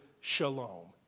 Shalom